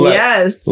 yes